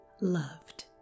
loved